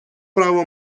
право